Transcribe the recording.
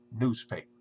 newspaper